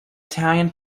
italian